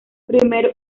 primer